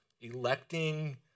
electing